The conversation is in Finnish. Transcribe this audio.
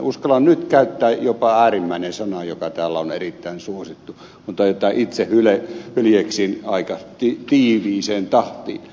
uskallan nyt käyttää jopa äärimmäinen sanaa joka täällä on erittäin suosittu mutta jota itse hyljeksin aika tiiviiseen tahtiin